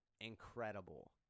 incredible